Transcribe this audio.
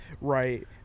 Right